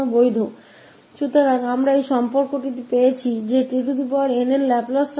तो वास्तव मे हमें मिला यह relation की tn का लाप्लास 𝑛